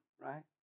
right